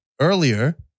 earlier